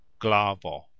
Glavo